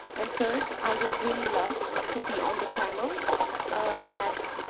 and, third, i would really love to be on the panel that